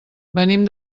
venim